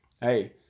Hey